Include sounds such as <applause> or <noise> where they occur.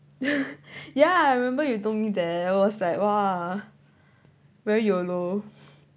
<laughs> yeah I remember you told me that I was like !wah! very YOLO